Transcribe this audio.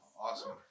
Awesome